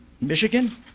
Michigan